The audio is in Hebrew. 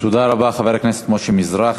תודה רבה, חבר הכנסת משה מזרחי.